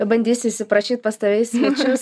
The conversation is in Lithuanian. bandysiu įsiprašyt pas tave į svečius